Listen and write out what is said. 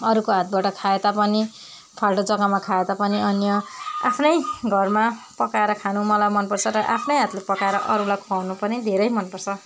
अरूको हातबाट खाए तापनि फाल्टो जग्गामा खाए तापनि अन्य आफ्नै घरमा पकाएर खानु मलाई मनपर्छ र आफ्नै हातले पकाएर अरूलाई खुवाउनु पनि धेरै मनपर्छ